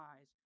eyes